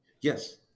Yes